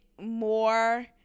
more